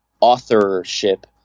authorship